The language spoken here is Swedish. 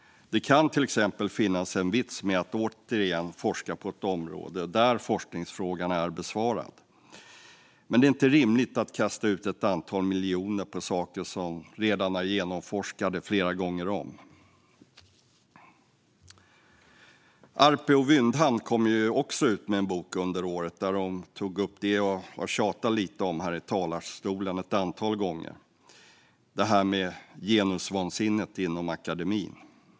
Det kan till exempel finnas en vits med att återigen forska på ett område där forskningsfrågan är besvarad. Men det är inte rimligt att kasta ut ett antal miljoner på saker som redan är genomforskade flera gånger om. Arpi och Wyndhamn kom också ut med en bok under året där de tog upp det som jag har tjatat lite om här i talarstolen ett antal gånger, alltså detta med genusvansinnet inom akademin.